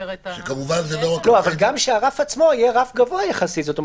אבל גם שהרף עצמו יהיה רף גבוה יחסית.